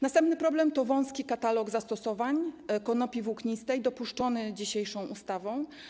Następny problem to wąski katalog zastosowań konopi włóknistej dopuszczony dzisiejszą ustawą.